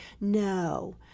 no